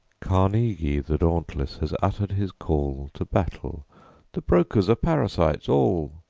carnegie the dauntless has uttered his call to battle the brokers are parasites all!